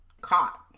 caught